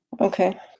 Okay